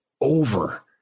over